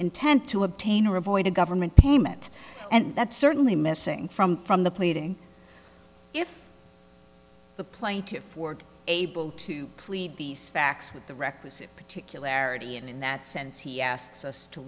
intent to obtain or avoid a government payment and that's certainly missing from from the pleading if the plaintiffs were able to plead these facts with the requisite particularities and in that sense he asks us to